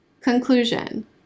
Conclusion